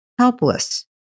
helpless